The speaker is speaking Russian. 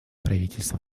правительство